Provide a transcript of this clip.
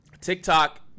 TikTok